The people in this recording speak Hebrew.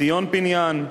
ציון פיניאן,